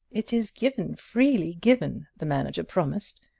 it is given freely given! the manager promised.